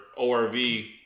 ORV